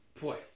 Boy